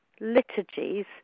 liturgies